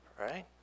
right